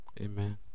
Amen